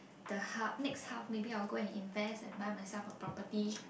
the half next half maybe I will go and invest and buy myself a property